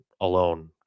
alone